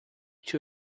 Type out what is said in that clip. two